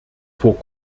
vor